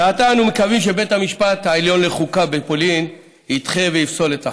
ועתה אנו מקווים שבית המשפט העליון לחוקה בפולין ידחה ויפסול את החוק.